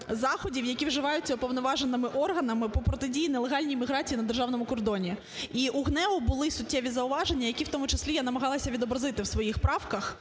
заходів, які вживаються уповноваженими органами по протидії нелегальній міграції на державному кордоні. І у ГНЕУ були суттєві зауваження, які в тому числі я намагалася відобразити в своїх правках.